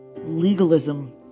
legalism